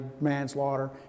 manslaughter